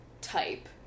type